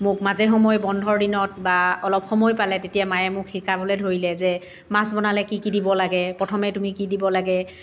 মোক মাজে সময়ে বন্ধৰ দিনত বা অলপ সময় পালে মায়ে তেতিয়া মোক শিকাবলৈ ধৰিলে যে মাছ বনালে কি কি দিব লাগে প্ৰথমে তুমি কি দিব লাগে